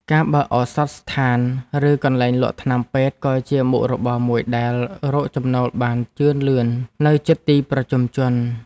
ការបើកឱសថស្ថានឬកន្លែងលក់ថ្នាំពេទ្យក៏ជាមុខរបរមួយដែលរកចំណូលបានជឿនលឿននៅជិតទីប្រជុំជន។